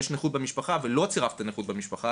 יש נכות במשפחה ולא צירפתם נכות במשפחה,